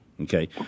Okay